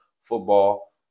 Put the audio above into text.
football